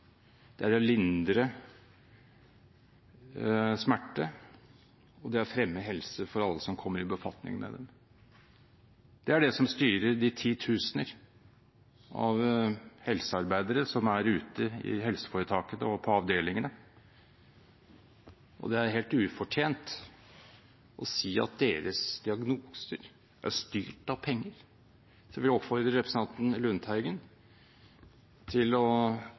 det er å lindre smerte, og det er å fremme helse for alle som kommer i befatning med dem. Det er det som styrer de titusener av helsearbeidere som er ute i helseforetakene og på avdelingene, og det er helt ufortjent å si at deres diagnoser er styrt av penger. Så jeg vil oppfordre representanten Lundteigen til å